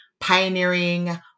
pioneering